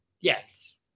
Yes